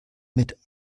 mit